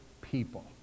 people